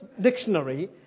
dictionary